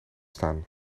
staan